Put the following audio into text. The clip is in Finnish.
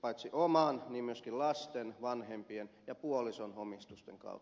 paitsi oman myöskin lasten vanhempien ja puolison omistusten kautta